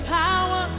power